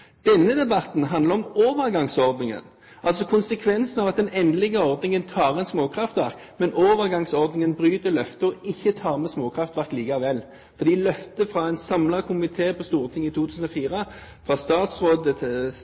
Denne debatten handler om overgangsordningen, altså konsekvensen av at den endelige ordningen tar inn småkraftverk. Men overgangsordningen bryter løftet og tar likevel ikke med småkraftverk, fordi løftet fra en samlet komité på Stortinget i 2004, fra statsråd